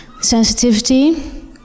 sensitivity